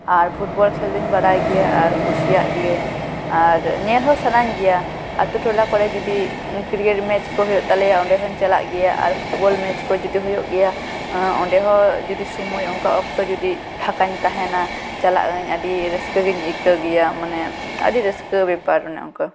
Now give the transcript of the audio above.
ᱟᱨ football ᱠᱷᱮᱞ ᱫᱩᱧ ᱵᱟᱲᱟᱭ ᱜᱮᱭᱟ ᱟᱨ ᱠᱩᱥᱤᱭᱟᱜ ᱜᱮᱭᱟᱹᱧ ᱟᱨ ᱧᱮᱞ ᱦᱚᱸ ᱥᱟᱱᱟᱹᱧ ᱜᱮᱭᱟ ᱟᱛᱳ ᱴᱚᱞᱟ ᱠᱚᱨᱮ ᱡᱩᱫᱤ ᱠᱤᱨᱠᱮᱴ ᱢᱮᱪ ᱠᱚ ᱦᱩᱭᱩᱜ ᱛᱟᱞᱮᱭᱟ ᱚᱸᱰᱮ ᱦᱚᱹᱧ ᱪᱟᱞᱟᱜ ᱜᱮᱭᱟ ᱟᱨ ᱯᱷᱩᱴᱵᱚᱞ ᱢᱮᱪ ᱠᱚ ᱦᱩᱭᱩᱜ ᱜᱮᱭᱟ ᱚᱸᱰᱮ ᱦᱚᱸ ᱡᱩᱫᱤ ᱥᱳᱢᱚᱭ ᱚᱱᱠᱟ ᱚᱠᱛᱚ ᱡᱩᱫᱤ ᱯᱷᱟᱠᱟᱹᱧ ᱛᱟᱦᱮᱱᱟ ᱪᱟᱞᱟᱜ ᱟᱹᱧ ᱟᱹᱰᱤ ᱨᱟᱹᱥᱠᱟᱹ ᱜᱮᱧ ᱟᱹᱭᱠᱟᱹᱣ ᱜᱮᱭᱟ ᱢᱟᱱᱮ ᱟᱹᱰᱤ ᱨᱟᱹᱥᱠᱟᱹ ᱵᱮᱯᱟᱨ ᱚᱱᱮ ᱚᱱᱠᱟ